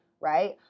Right